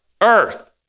earth